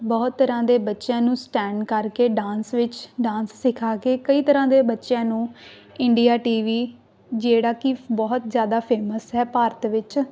ਬਹੁਤ ਤਰ੍ਹਾਂ ਦੇ ਬੱਚਿਆਂ ਨੂੰ ਸਟੈਂਡ ਕਰਕੇ ਡਾਂਸ ਵਿੱਚ ਡਾਂਸ ਸਿਖਾ ਕੇ ਕਈ ਤਰ੍ਹਾਂ ਦੇ ਬੱਚਿਆਂ ਨੂੰ ਇੰਡੀਆ ਟੀ ਵੀ ਜਿਹੜਾ ਕਿ ਫ ਬਹੁਤ ਜ਼ਿਆਦਾ ਫੇਮਸ ਹੈ ਭਾਰਤ ਵਿੱਚ